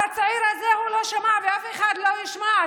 על הצעיר הזה הוא לא שמע ואף אחד לא ישמע.